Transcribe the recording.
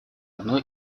одно